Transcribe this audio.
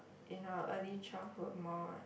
in our early childhood more